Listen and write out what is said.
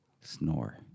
snore